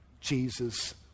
Jesus